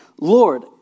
Lord